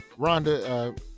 Rhonda